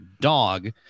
dog